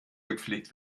gepflegt